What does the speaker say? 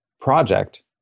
project